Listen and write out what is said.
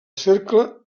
cercle